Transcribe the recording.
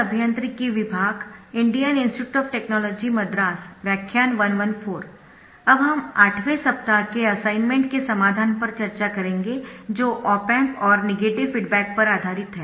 अब हम 8 वें सप्ताह के असाइनमेंट के समाधान पर चर्चा करेंगे जो ऑप एम्प और नेगेटिव फीडबैक पर आधारित है